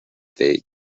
they